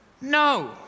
No